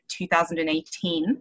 2018